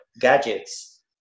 gadgets